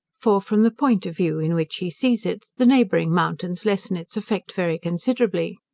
for, from the point of view in which he sees it, the neighbouring mountains lessen its effect very considerably.